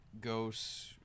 ghosts